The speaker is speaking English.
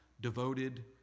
devoted